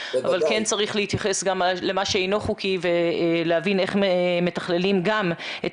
אבל כן צריך להתייחס גם למה שאינו חוקי ולהבין איך מתכללים גם את